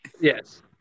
Yes